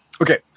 Okay